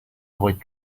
avoid